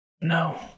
No